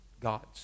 God's